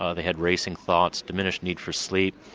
ah they had racing thoughts, diminished need for sleep,